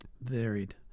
varied